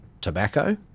tobacco